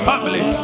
family